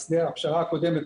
הפשרה הקודמת,